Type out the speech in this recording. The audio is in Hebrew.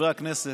חברי הכנסת,